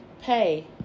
pay